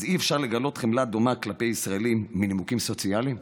אז אי-אפשר לגלות חמלה דומה כלפי ישראלים מנימוקים סוציאליים?